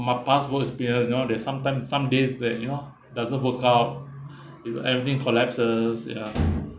my past work experience you know there're sometime some days that you know doesn't work out with everything collapses ya